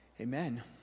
amen